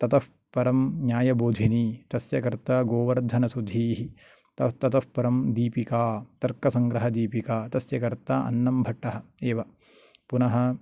ततःपरं न्यायबोधिनी तस्य कर्ता गोवर्धनशुधीः ततःपरं दीपिका तर्कसङ्ग्रहदीपिका तस्य कर्ता अन्नम्भट्टः एव पुनः